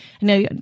Now